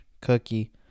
cookie